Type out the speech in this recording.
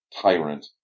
tyrant